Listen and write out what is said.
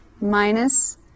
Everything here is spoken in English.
minus